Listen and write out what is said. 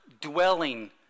dwelling